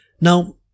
Now